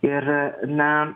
ir na